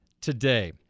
today